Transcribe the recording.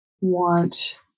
want